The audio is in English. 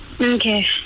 Okay